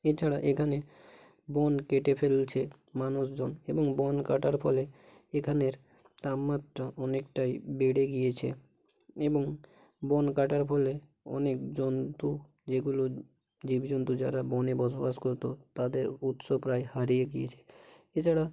এছাড়া এখানে বন কেটে ফেলছে মানুষজন এবং বন কাটার ফলে এখানের তাপমাত্রা অনেকটাই বেড়ে গিয়েছে এবং বন কাটার ফলে অনেক জন্তু যেগুলো জীবজন্তু যারা বনে বসবাস করত তাদের উৎস প্রায় হারিয়ে গিয়েছে এছাড়া